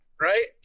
right